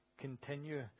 continue